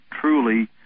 truly